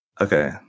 Okay